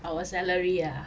our salary ah